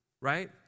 right